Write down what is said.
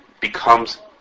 becomes